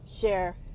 share